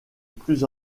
plus